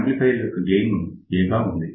amplifier యొక్క gain A గా ఉంది